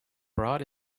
brought